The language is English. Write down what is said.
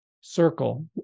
circle